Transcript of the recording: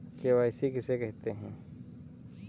KYC किसे कहते हैं?